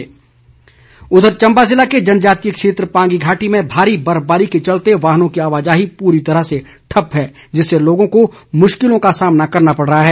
मांग उधर चंबा ज़िले के जनजातीय क्षेत्र पांगी घाटी में भारी बर्फबारी के चलते वाहनों की आवाजाही पूरी तरह से ठप्प है जिससे लोगों को मुश्किलों का सामना करना पड़ रहा है